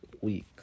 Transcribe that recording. week